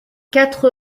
quatre